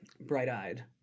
Bright-eyed